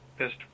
best